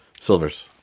Silvers